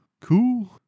cool